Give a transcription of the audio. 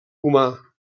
humà